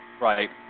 Right